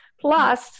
Plus